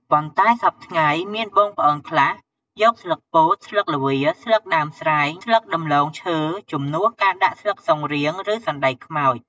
ប៉ុន្ដែសព្វថ្ងៃមានបងប្អូនខ្លះ យកស្លឹកពោត ស្លឹកល្វា ស្លឹកដើមស្រេង ស្លឹកដំឡូងឈើ ជំនួសការដាក់ស្លឹកស៊ុនរៀងឬសណ្តែកខ្មោច។